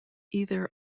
either